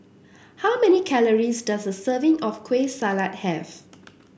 how many calories does a serving of Kueh Salat have